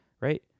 right